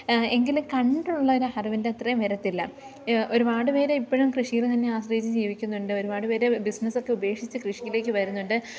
എങ്കിൽ കണ്ടുള്ളൊരു അറിവിൻ്റെ അത്രയും വരത്തില്ല ഒരുപാട് പേര് ഇപ്പോഴും കൃഷിയിൽ തന്നെ ആശ്രയിച്ച് ജീവിക്കുന്നുണ്ട് ഒരുപാട് പേര് ബിസിനസ്സൊക്കെ ഉപേക്ഷിച്ച് കൃ ഷിയിലേക്ക് വരുന്നുണ്ട്